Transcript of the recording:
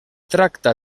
tracta